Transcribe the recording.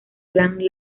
gran